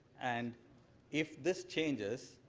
and if this changes,